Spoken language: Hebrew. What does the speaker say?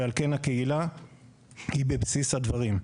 ועל כן הקהילה היא בבסיס הדברים.